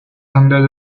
under